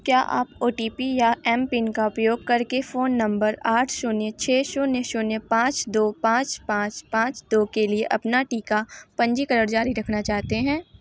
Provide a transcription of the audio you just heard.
क्या आप O T P या एम पिन का उपयोग करके फ़ोन नम्बर आठ शून्य छः शून्य शून्य पाँच दो पाँच पाँच पाँच दो के लिए अपना टीका पंजीकरण जारी रखना चाहते हैं